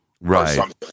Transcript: Right